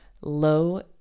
low